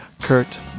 Kurt